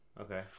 Okay